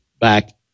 back